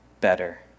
better